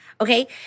Okay